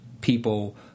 people